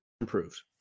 improved